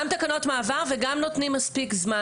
גם תקנות מעבר וגם נותנים מספיק זמן